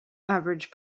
average